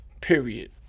period